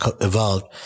evolved